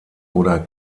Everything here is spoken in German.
oder